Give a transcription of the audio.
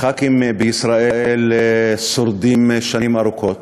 חברי הכנסת בישראל שורדים שנים ארוכות.